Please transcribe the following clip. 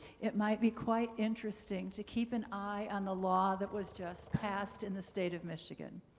it might be quite interesting to keep an eye on the law that was just passed in the state of michigan.